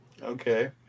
Okay